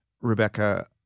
Rebecca